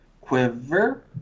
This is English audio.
Quiver